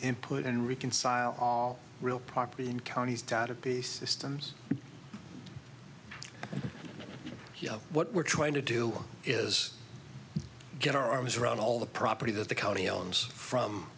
input and reconcile real property in counties database systems what we're trying to do is get our arms around all the property that the county alums from